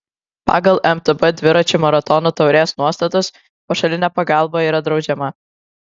pagal mtb dviračių maratonų taurės nuostatus pašalinė pagalba yra draudžiama